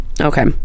Okay